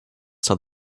saw